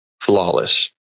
flawless